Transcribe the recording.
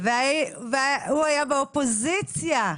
והוא היה באופוזיציה.